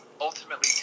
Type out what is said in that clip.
ultimately